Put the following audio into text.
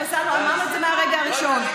הוא אמר את זה מהרגע הראשון.